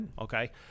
Okay